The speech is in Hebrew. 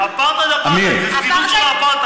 אפרטהייד, אפרטהייד, זה סילוף של האפרטהייד.